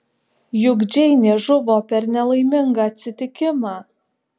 juk džeinė žuvo per nelaimingą atsitikimą